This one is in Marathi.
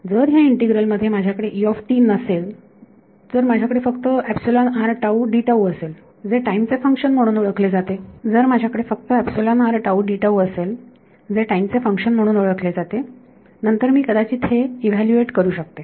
जर ह्या इंटीग्रल मध्ये माझ्याकडे नसेल जर माझ्याकडे फक्त असेल जे टाईम चे फंक्शन म्हणून ओळखले जाते नंतर मी कदाचित हे इव्हॅल्यूएट करू शकते